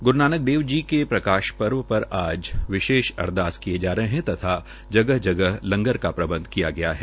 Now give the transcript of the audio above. ग्रू नानक देव के प्रकाश पर्व पर आज विशेष अरदास किये जा रहे है तथा जगह जगह लंगर का प्रबंध किया गया है